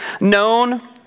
known